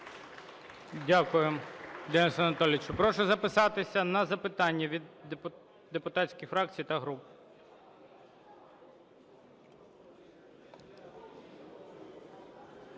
Дякуємо. Денисе Анатолійовичу. Прошу записатися на запитання від депутатських фракцій та груп.